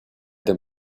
them